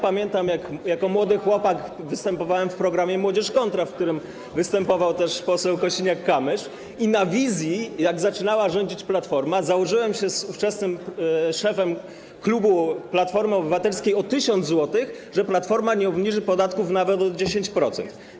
Pamiętam, jak jako młody chłopak występowałem w programie „Młodzież Kontra”, w którym występował też poseł Kosiniak-Kamysz, i na wizji, jak zaczynała rządzić Platforma, założyłem się z ówczesnym szefem klubu Platformy Obywatelskiej o 1000 zł, że Platforma nie obniży podatków nawet o 10%.